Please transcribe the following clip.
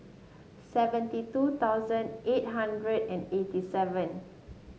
seventy two thousand eight hundred and eighty seven